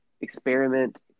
experiment